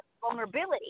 vulnerability